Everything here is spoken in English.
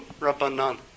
Rabbanan